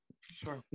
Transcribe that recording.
sure